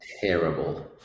terrible